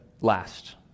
last